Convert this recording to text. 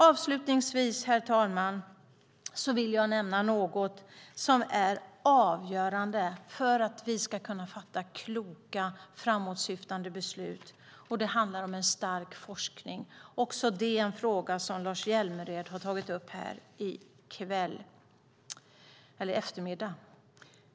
Avslutningsvis, herr talman, vill jag nämna något som är avgörande för att vi ska kunna fatta kloka framåtsyftande beslut. Det handlar om en stark forskning. Också det är en fråga som Lars Hjälmered har tagit upp här i eftermiddag.